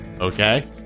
Okay